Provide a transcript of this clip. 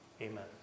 Amen